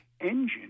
Engine